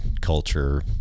culture